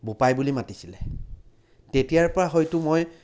বোপাই বুলি মাতিছিলে তেতিয়াৰ পৰা হয়তো মই